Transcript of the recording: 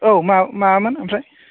औ मा मामोन ओमफ्राय